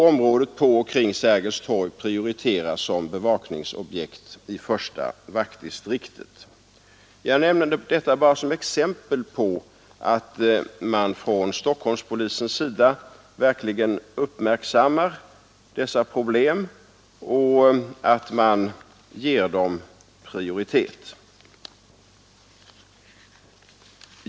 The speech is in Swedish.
Området på och kring Sergels torg prioriteras som bevakningsobijekt i 1:a vaktdistriktet. Jag nämner detta som exempel på att man inom Stockholmspolisen verkligen uppmärksammar dessa problem och att man ger dem prioritet.